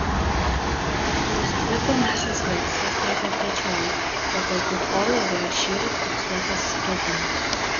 patikrinus dvi pirmąsias versijas lieka trečioji jog galbūt orlaivyje šįryt fiksuotas gedimas